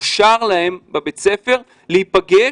אושר להם בבית הספר להיפגש,